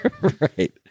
Right